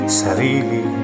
sarili